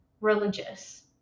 religious